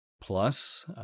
Plus